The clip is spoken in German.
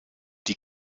die